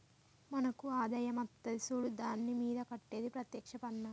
మనకు ఆదాయం అత్తది సూడు దాని మీద కట్టేది ప్రత్యేక్ష పన్నా